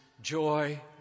joy